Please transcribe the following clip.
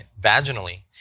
vaginally